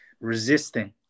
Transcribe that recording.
resisting